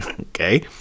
Okay